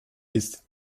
ist